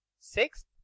Sixth